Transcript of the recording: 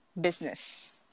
business